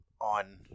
on